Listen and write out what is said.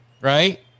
right